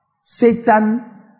Satan